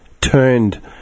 turned